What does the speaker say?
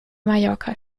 mallorca